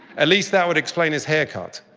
at least that would explain his haircut.